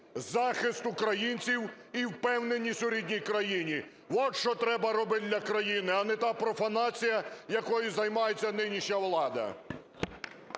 захист українців і впевненість у рідній країні. От що треба робить для країни, а не та профанація, якою займається нинішня влада.